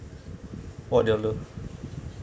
what their love